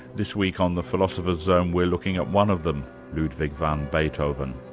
this week on the philosopher's zone we're looking at one of them ludwig van beethoven.